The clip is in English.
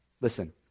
Listen